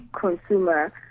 consumer